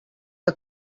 que